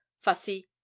fussy